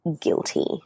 guilty